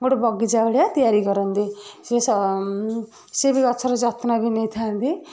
ଗୋଟେ ବଗିଚା ଭଳିଆ ତିଆରି କରନ୍ତି ସିଏ ସ ସିଏ ବି ଗଛର ଯତ୍ନ ବି ନେଇଥାନ୍ତି